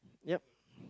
yup